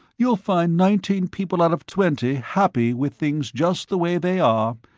you'll find nineteen people out of twenty happy with things just the way they are.